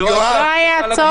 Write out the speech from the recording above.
סגר.